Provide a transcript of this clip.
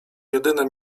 jedyne